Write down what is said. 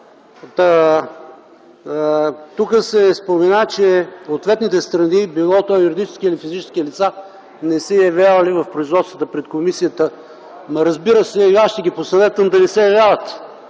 Тук се спомена, че ответните страни – било то юридически или физически лица, не се явявали в производствата пред комисията. Разбира се, и аз ще ги посъветвам да не се явяват.